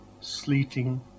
sleeting